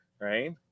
right